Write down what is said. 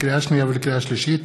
לקריאה שנייה ולקריאה שלישית,